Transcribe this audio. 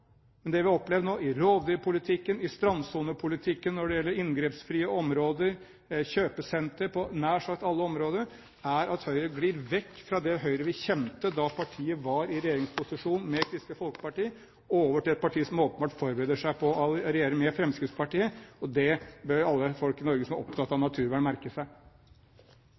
Men det vi har opplevd nå i rovdyrpolitikken, i strandsonepolitikken, når det gjelder inngrepsfrie områder, kjøpesentre, på nær sagt alle områder, er at Høyre glir vekk fra det Høyre vi kjente da partiet var i regjeringsposisjon med Kristelig Folkeparti, og over til et parti som åpenbart forbereder seg på å regjere med Fremskrittspartiet. Det bør alle folk i Norge som er opptatt av naturvern, merke seg.